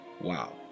Wow